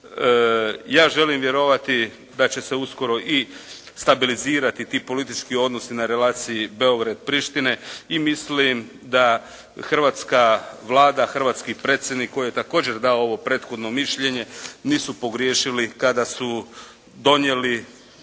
Ja želim vjerovati da će se uskoro i stabilizirati ti politički odnosi na relaciji Beograd-Prištine i mislim da Hrvatska, hrvatski Predsjednik koji je također dao ovo prethodno mišljenje nisu pogriješili kada su donijeli,